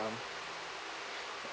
um